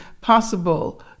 possible